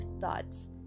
thoughts